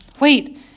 Wait